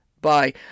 Bye